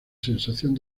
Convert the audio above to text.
sensación